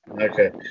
Okay